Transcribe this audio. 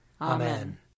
Amen